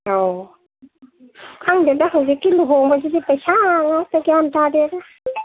ꯑꯧ ꯈꯪꯗꯦꯗ ꯍꯧꯖꯤꯛꯀꯤ ꯂꯨꯍꯣꯡꯕꯁꯤꯗꯤ ꯄꯩꯁꯥ ꯉꯥꯛꯇ ꯒ꯭ꯌꯥꯟ ꯇꯥꯗꯦꯗ